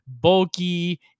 bulky